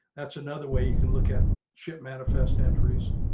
that's another way you can look at ship manifest entries